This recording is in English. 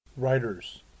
Writers